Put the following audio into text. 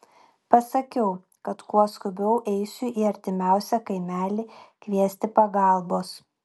pasakiau kad kuo skubiau eisiu į artimiausią kaimelį kviesti pagalbos